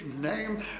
name